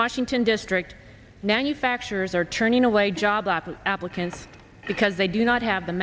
washington district manufacturers are turning away job ops applicants because they do not have the